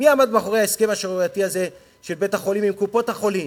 מי עמד מאחורי ההסכם השערורייתי הזה של בית-החולים עם קופות-החולים,